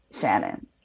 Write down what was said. Shannon